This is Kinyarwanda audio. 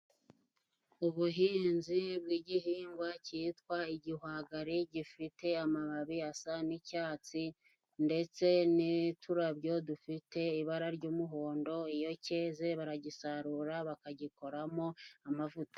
Ubuhinzi bw'igihingwa cyitwa igihwagari, gifite amababi asa n'icyatsi ndetse n'uturabyo dufite ibara ry'umuhondo ,iyo cyeze baragisarura bakagikoramo amavuta.